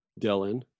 Dylan